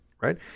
Right